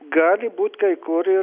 gali būt kai kur ir